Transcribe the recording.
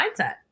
mindset